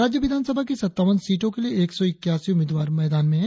राज्य विधानसभा की सत्तावन सीटों के लिए एक सौ इक्यासी उम्मीदवार मैदान में है